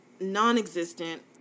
non-existent